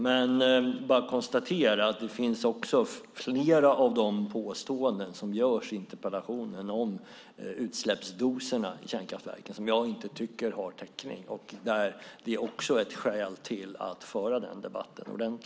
Flera av de påståenden som görs i interpellationen om utsläppsdoserna i kärnkraftverken tycker jag inte har täckning. Det är ett skäl till att föra en ordentlig debatt om det.